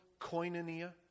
koinonia